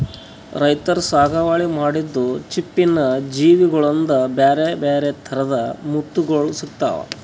ರೈತರ್ ಸಾಗುವಳಿ ಮಾಡಿದ್ದ್ ಚಿಪ್ಪಿನ್ ಜೀವಿಗೋಳಿಂದ ಬ್ಯಾರೆ ಬ್ಯಾರೆ ಥರದ್ ಮುತ್ತುಗೋಳ್ ಸಿಕ್ತಾವ